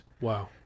Wow